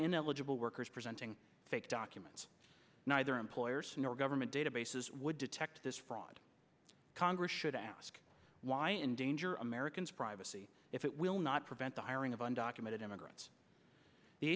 ineligible workers presenting fake documents neither employers nor government databases would detect this fraud congress should ask why endanger americans privacy if it will not prevent the hiring of undocumented immigrants the